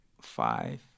five